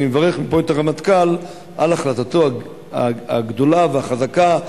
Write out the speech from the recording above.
אני מברך מפה את הרמטכ"ל על החלטתו הגדולה והחזקה,